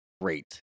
great